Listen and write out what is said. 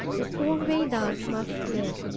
the four vedas must live,